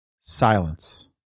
silence